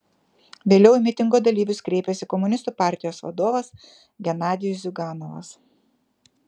vėliau į mitingo dalyvius kreipėsi komunistų partijos vadovas genadijus ziuganovas